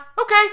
Okay